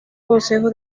consejo